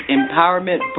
empowerment